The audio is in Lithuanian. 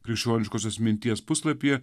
krikščioniškosios minties puslapyje